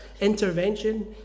intervention